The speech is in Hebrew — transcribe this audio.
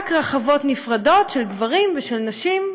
רק רחבות נפרדות של גברים ושל נשים,